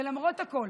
ולמרות הכול